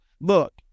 look